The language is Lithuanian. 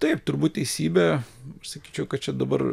taip turbūt teisybė pasakyčiau kad čia dabar